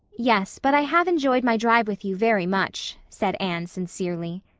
yes, but i have enjoyed my drive with you very much, said anne sincerely.